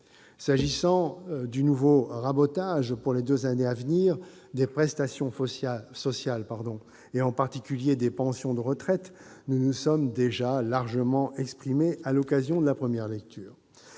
Au sujet du nouveau rabotage, pour les deux années à venir, des prestations sociales, et en particulier des pensions de retraite, nous nous sommes déjà largement exprimés à l'occasion de la première lecture.